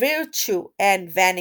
"Virtue and Vanity"